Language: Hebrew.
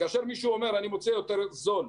כאשר מישהו אומר: אני מוצא יותר זול,